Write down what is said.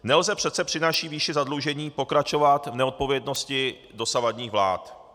Nelze přece při naší výši zadlužení pokračovat v neodpovědnosti dosavadních vlád.